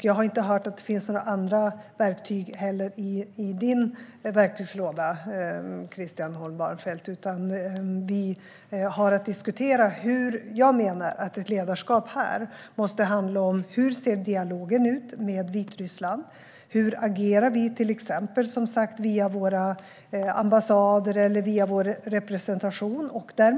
Jag har inte hört att det finns några andra verktyg i din verktygslåda heller, Christian Holm Barenfeld. Jag menar att ett ledarskap måste handla om hur dialogen med Vitryssland ser ut. Hur agerar vi till exempel via våra ambassader eller via vår representation, som sagt?